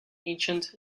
ancient